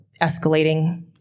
escalating